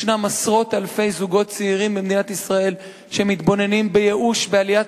ישנם עשרות אלפי זוגות צעירים במדינת ישראל שמתבוננים בייאוש בעליית